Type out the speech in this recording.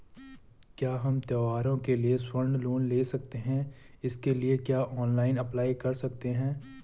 क्या हम त्यौहारों के लिए स्वर्ण लोन ले सकते हैं इसके लिए क्या ऑनलाइन अप्लाई कर सकते हैं?